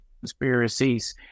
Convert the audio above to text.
conspiracies